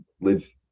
live